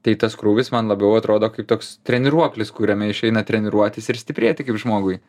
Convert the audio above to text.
tai tas krūvis man labiau atrodo kaip toks treniruoklis kuriame išeina treniruotis ir stiprėti žmogui